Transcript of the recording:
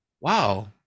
wow